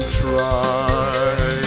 try